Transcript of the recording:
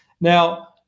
Now